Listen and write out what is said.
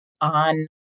on